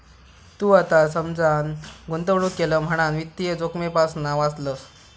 तू आता समजान गुंतवणूक केलं म्हणान वित्तीय जोखमेपासना वाचलंस